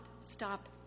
stop